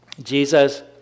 Jesus